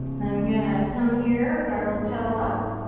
i'm gonna come here with our little petal up.